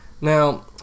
Now